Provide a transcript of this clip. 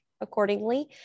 accordingly